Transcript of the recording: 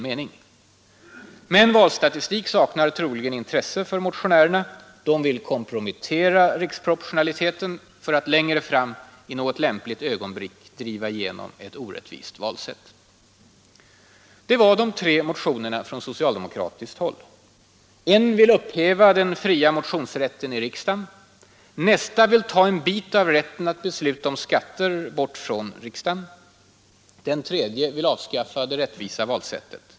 Men valstatistik saknar troligen intresse för motionärerna — de vill kompromettera riksproportionaliteten för att längre fram i något lämpligt ögonblick driva igenom ett orättvist valsätt. Det var de tre motionerna från socialdemokratiskt håll. En vill upphäva den fria motionsrätten i riksdagen. Nästa vill ta en bit av rätten att besluta om skatter bort från riksdagen. Den tredje vill avskaffa det rättvisa valsättet.